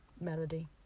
melody